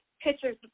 pictures